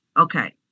Okay